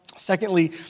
Secondly